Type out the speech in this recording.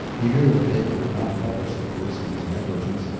he knew the paper would not publish the policeman's negligence,